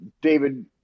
david